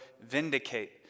vindicate